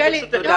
אפשר?